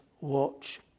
watch